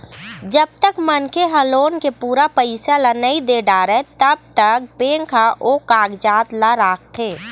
जब तक मनखे ह लोन के पूरा पइसा ल नइ दे डारय तब तक बेंक ह ओ कागजात ल राखथे